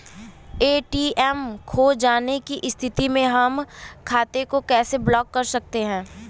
ATM खो जाने की स्थिति में हम खाते को कैसे ब्लॉक कर सकते हैं?